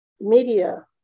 media